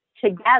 Together